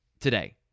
today